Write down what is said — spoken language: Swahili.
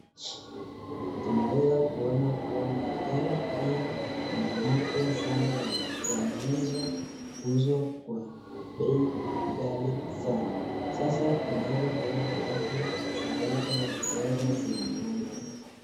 Tunaweza kuona kuwa magari haya ni mapywa sana yanaweza kuuzwa kwa bei ghali sana. Sasa tunaweza kuona watu kadhalika wakiweza kununua gari haya.